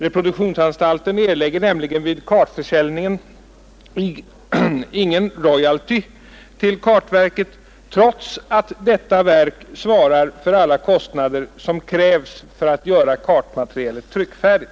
Reproduktionsanstalten erlägger nämligen vid kartförsäljningen ingen royalty till kartverket trots att detta verk svarar för alla kostnader som krävs för att göra kartmaterialet tryckfärdigt.